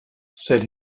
said